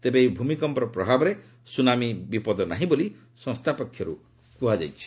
ତେବେ ଏହି ଭୂମିକମ୍ପର ପ୍ରଭାବରେ ସୁନାମୀ ବିପଦ ନାହିଁ ବୋଲି ସଂସ୍ଥା ପକ୍ଷରୁ କୁହାଯାଇଛି